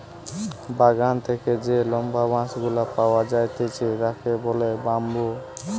বাগান থেকে যে লম্বা বাঁশ গুলা পাওয়া যাইতেছে তাকে বলে বাম্বু